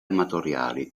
amatoriali